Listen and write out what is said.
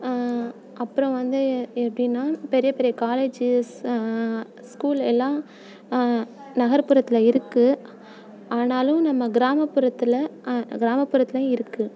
அப்புறம் வந்து எப்படின்னா பெரிய பெரிய காலேஜஸ் ஸ்கூல் எல்லாம் நகர்புறத்தில் இருக்குது ஆனாலும் நம்ம கிராமப்புறத்தில் கிராமப்புறத்திலியும் இருக்குது